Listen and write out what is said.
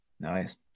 Nice